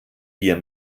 hier